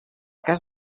cas